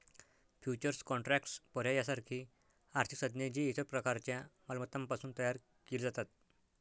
futures contracts, पर्याय यासारखी आर्थिक साधने, जी इतर प्रकारच्या मालमत्तांपासून तयार केली जातात